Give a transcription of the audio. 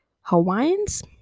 Hawaiians